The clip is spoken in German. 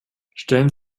stellen